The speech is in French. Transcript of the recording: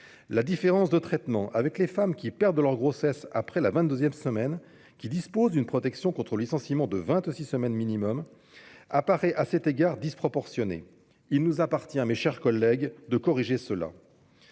La différence de traitement avec les femmes qui perdent leur grossesse après la vingt-deuxième semaine, qui disposent d'une protection contre le licenciement de vingt-six semaines minimum, apparaît à cet égard disproportionnée : il nous appartient de corriger cela.